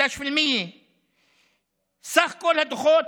11%. סך כל הדוחות,